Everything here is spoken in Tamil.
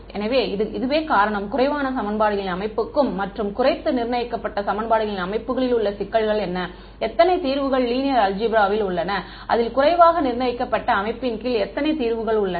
எனவே இதுவே காரணம் குறைவான சமன்பாடுகளின் அமைப்புக்கும் மற்றும் குறைத்து நிர்ணயிக்கப்பட்ட சமன்பாடுகளின் அமைப்புகளில் உள்ள சிக்கல்கள் என்ன எத்தனை தீர்வுகள் லீனியர் அல்ஜிப்ராவில் உள்ளன அதில் குறைவாக நிர்ணயிக்கப்பட்ட அமைப்பின் கீழ் எத்தனை தீர்வுகள் உள்ளன